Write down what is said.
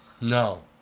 no